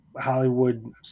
Hollywood